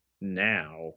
now